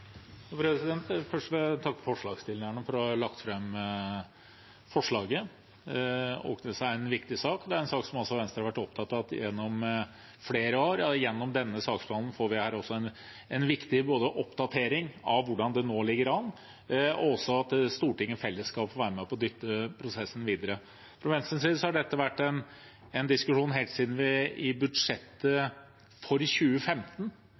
en viktig sak, og det er en sak som Venstre har vært opptatt av gjennom flere år. Gjennom denne saksbehandlingen får vi både en viktig oppdatering av hvordan det nå ligger an, og en mulighet for at Stortinget i fellesskap får være med på å dytte prosessen videre. Fra Venstres side har dette vært en diskusjon helt siden vi i budsjettet for 2015